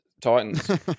Titans